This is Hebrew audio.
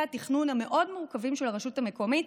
התכנון המאוד-מורכבים של הרשות המקומית,